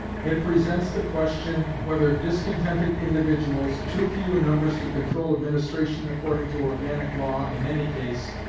it presents the question whether discontented individuals, too few in numbers to control administration according to organic law in any case,